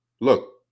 look